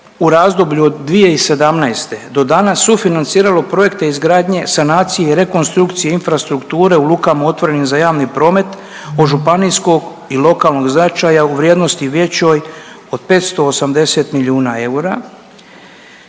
u razdoblju od 2017. do danas sufinanciralo projekte izgradnje sanacije i rekonstrukcije infrastrukture u lukama otvorenim za javni promet od županijskog i lokalnog značaja u vrijednosti većoj od 580 milijuna eura,